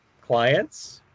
clients